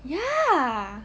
ya